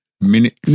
minutes